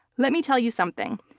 let me tell you something,